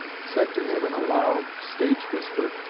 said to him in a loud stage-whisper,